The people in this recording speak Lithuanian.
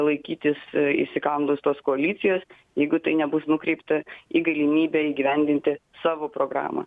laikytis įsikandus tos koalicijos jeigu tai nebus nukreipta į galimybę įgyvendinti savo programą